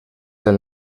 del